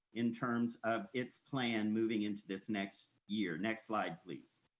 in terms of its plan moving into this next year. next slide, please.